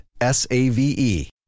S-A-V-E